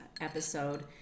episode